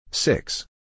Six